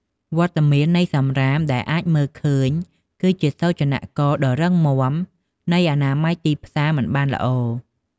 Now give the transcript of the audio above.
វត្តមាននៃសំរាមដែលអាចមើលឃើញគឺជាសូចនាករដ៏រឹងមាំនៃអនាម័យទីផ្សារមិនបានល្អ។